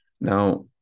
Now